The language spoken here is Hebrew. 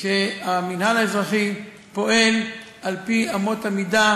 שהמינהל האזרחי פועל על-פי אמות המידה